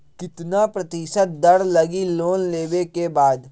कितना प्रतिशत दर लगी लोन लेबे के बाद?